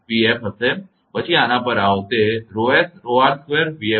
પછી આના પર આવો તે 𝜌𝑠𝜌𝑟2𝑣𝑓 હશે